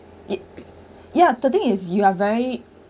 it~ ya the thing is you are very